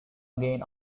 again